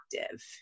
active